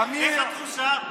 איך התחושה?